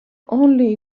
only